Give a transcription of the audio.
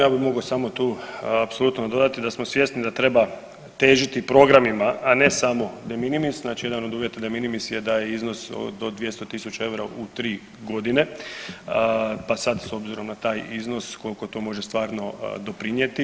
Ja bi mogao samo tu apsolutno dodati da smo svjesni da treba težiti programima, a ne samo de minimis znači jedan od uvjeta de minimis da iznos do 200.000 eura u tri godine pa sad s obzirom na taj iznos koliko to može stvarno doprinijeti.